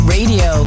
Radio